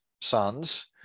sons